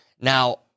Now